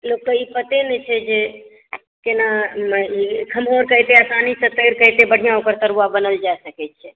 लोककेँ ई पते नहि छै जे केना खम्हाउरके एते आसानी से तरि कऽ एते बढ़िऑं ओकर तरुआ बनायल जा सकै छै